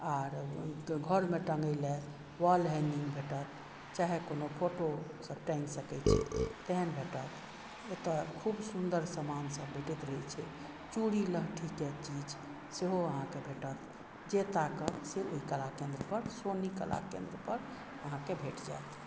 आर घरमे टंगै लेल वाल हेंगिंग भेटत चाहे कोनो फोटो सब टांगि सकै छी तेहन भेटत एतय खूब सुन्दर समान सब भेटैत रहै छै चूड़ी लहठीके चीज सेहो आहाँकेॅं भेटत जे ताकब से ओहि कला केन्द्र पर सोनी कला केन्द्र पर आहाँके भेट जायत